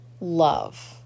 love